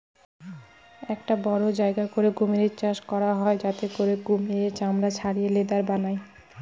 একটা বড়ো জায়গা করে কুমির চাষ করা হয় যাতে করে কুমিরের চামড়া ছাড়িয়ে লেদার বানায়